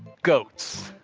goats,